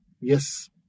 Yes